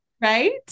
Right